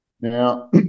Now